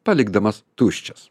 palikdamas tuščias